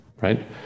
right